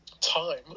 time